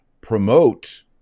promote